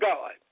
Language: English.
God